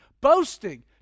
boasting